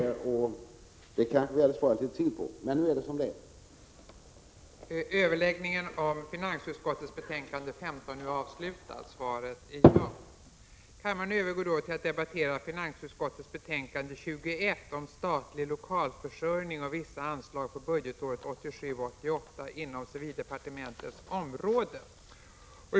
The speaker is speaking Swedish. Det kanske vi hade sparat litet tid på, men nu är det som det är. Kammaren övergick till att debattera finansutskottets betänkande 21 om statlig lokalförsörjning och vissa anslag för budgetåret 1987/88 inom civildepartementets verksamhetsområde.